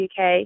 UK